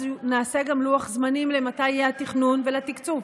אז נעשה גם לוח זמנים מתי יהיה התכנון ולתקצוב.